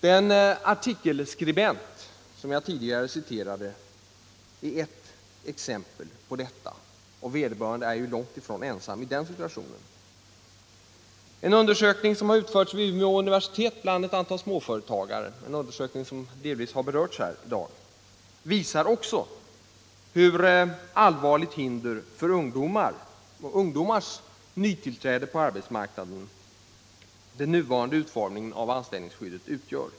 Den artikelskribent som jag tidigare citerade lämnar ett exempel på detta, och vederbörande är ju långt ifrån ensam i den beskrivna situationen. En undersökning som har utförts vid Umeå universitet bland ett antal småföretagare, en undersökning som delvis berörts här i dag, visar också vilket allvarligt hinder för ungdomars inträde på arbetsmarknaden som den nuvarande utformningen av anställningsskyddet utgör.